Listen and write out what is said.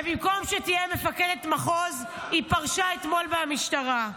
ובמקום שתהיה מפקדת מחוז היא פרשה אתמול מהמשטרה.